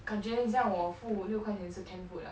感觉很像我夫五六块钱吃 canned food ah